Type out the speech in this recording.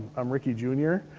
um ricky, jr.